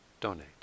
donate